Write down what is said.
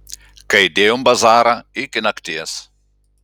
kai dėjom bazarą iki nakties